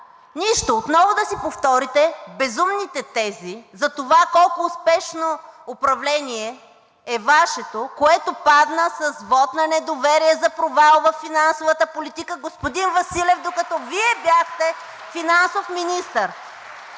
Нищо! Отново да си повторите безумните тези за това колко успешно управление е Вашето, което падна с вот на недоверие за провал във финансовата политика, господин Василев, докато Вие бяхте финансов министър.